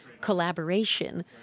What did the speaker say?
collaboration